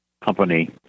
company